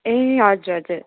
ए हजुर हजुर